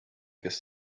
kes